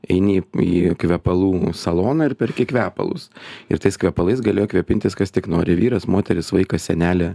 eini į kvepalų saloną ir perki kvepalus ir tais kvepalais galėjo kvėpintis kas tik nori vyras moteris vaikas senelė